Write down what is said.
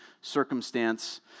circumstance